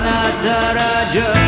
Nataraja